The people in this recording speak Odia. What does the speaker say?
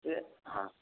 ସେ ହଁ